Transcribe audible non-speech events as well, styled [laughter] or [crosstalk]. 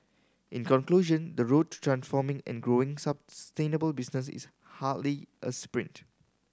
in conclusion the road to transforming and growing [unintelligible] business is hardly a sprint